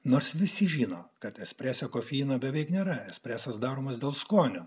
nors visi žino kad espreso kofeino beveik nėra stresas daromas dėl skonio